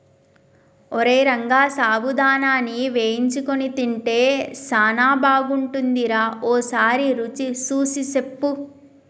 ఓరై రంగ సాబుదానాని వేయించుకొని తింటే సానా బాగుంటుందిరా ఓసారి రుచి సూసి సెప్పు